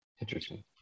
Interesting